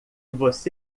você